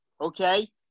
Okay